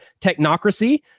technocracy